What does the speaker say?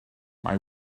mae